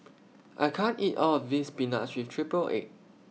I can't eat All of This Spinach with Triple Egg